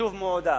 לתקצוב מועדף,